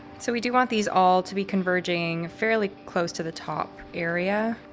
so we do want these all to be converging fairly close to the top area.